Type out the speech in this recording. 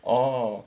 orh